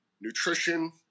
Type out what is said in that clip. nutrition